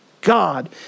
God